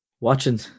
watching